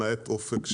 למעט אופק,